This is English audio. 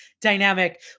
dynamic